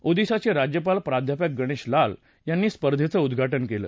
ओदिशाचे राज्यपाल प्राध्यापक गणेशी लाल यांनी स्पर्धेचं उद्वाटन केलं